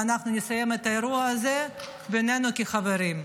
ואנחנו נסיים את האירוע הזה בינינו כחברים.